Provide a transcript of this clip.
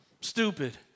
stupid